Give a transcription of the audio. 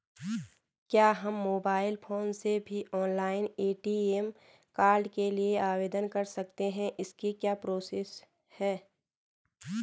क्या हम mobile phone से भी ऑनलाइन ए.टी.एम कार्ड के लिए आवेदन कर सकते हैं इसकी क्या प्रोसेस है?